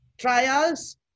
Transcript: trials